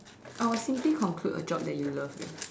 I will simply conclude a job that you love eh